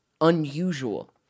unusual